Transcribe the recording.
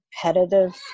competitive